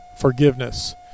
forgiveness